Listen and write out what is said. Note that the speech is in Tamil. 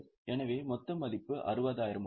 எனவே மொத்த மதிப்பு 60000 ஆகும்